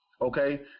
Okay